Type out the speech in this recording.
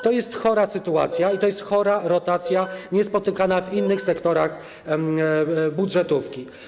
To jest chora sytuacja i to jest chora rotacja, niespotykana w innych sektorach budżetówki.